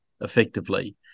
effectively